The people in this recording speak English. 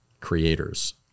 creators